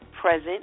present